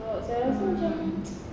sebab saya rasa macam